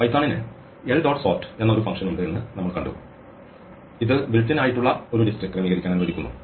പൈത്തണിന് l dot sort എന്ന ഒരു function ഉണ്ട് എന്ന് നമ്മൾ കണ്ടു ഇത് ബ്യുൽറ്റ് ഇൻ ആയിട്ടുള്ള ഒരു ലിസ്റ്റ് ക്രമീകരിക്കാൻ അനുവദിക്കുന്നു